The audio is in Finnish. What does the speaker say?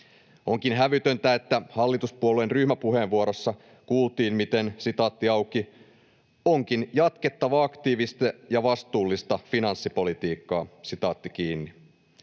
Onkin hävytöntä, että hallituspuolueen ryhmäpuheenvuorossa kuultiin, miten ”onkin jatkettava aktiivista ja vastuullista finanssipolitiikkaa”.